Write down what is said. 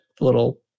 little